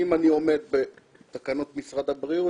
אם אני עומד בתקנות משרד הבריאות,